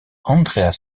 andreas